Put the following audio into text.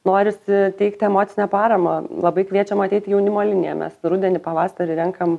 norisi teikti emocinę paramą labai kviečiam ateit į jaunimo liniją mes rudenį pavasarį renkam